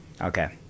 Okay